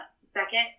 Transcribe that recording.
Second